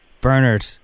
Bernard